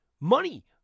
money